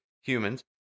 humans